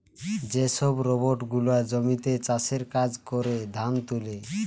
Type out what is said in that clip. যে সব রোবট গুলা জমিতে চাষের কাজ করে, ধান তুলে